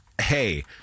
hey